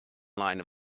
line